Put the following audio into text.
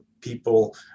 people